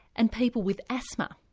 and people with asthma.